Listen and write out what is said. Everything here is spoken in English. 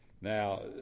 Now